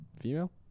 female